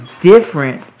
different